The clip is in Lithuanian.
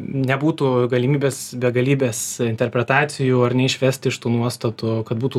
nebūtų galimybės begalybės interpretacijų ar neišvesti iš tų nuostatų kad būtų